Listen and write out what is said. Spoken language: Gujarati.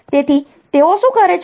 તેથી તેઓ શું કરે છે